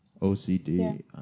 OCD